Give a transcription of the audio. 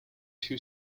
two